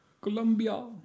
Colombia